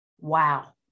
wow